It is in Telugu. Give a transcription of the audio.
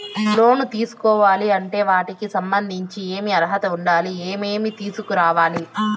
లోను తీసుకోవాలి అంటే వాటికి సంబంధించి ఏమి అర్హత ఉండాలి, ఏమేమి తీసుకురావాలి